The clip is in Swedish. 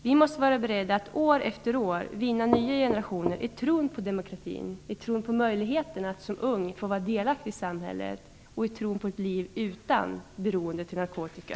Vi måste vara beredda att år efter år vinna nya generationer till tron på demokratin, till tron på möjligheterna att som ung få vara delaktig i samhället och till tron på ett liv utan beroende av narkotika.